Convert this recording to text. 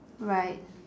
right